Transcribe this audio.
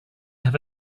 have